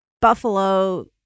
buffalo